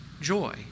joy